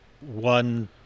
one